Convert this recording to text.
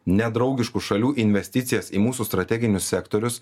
nedraugiškų šalių investicijas į mūsų strateginius sektorius